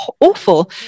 awful